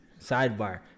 Sidebar